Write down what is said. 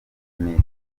nice